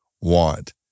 want